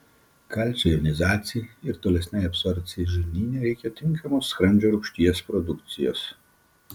kalcio jonizacijai ir tolesnei absorbcijai žarnyne reikia tinkamos skrandžio rūgšties produkcijos